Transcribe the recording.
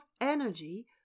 energy